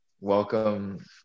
welcome